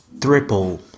triple